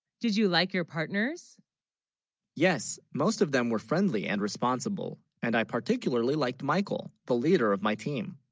did you like, your partners yes most of them were friendly and responsible and i particularly liked michael the leader of my team